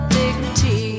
dignity